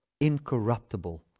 incorruptible